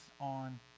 on